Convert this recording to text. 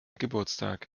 geburtstag